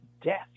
death